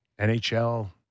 NHL